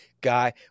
guy